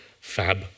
fab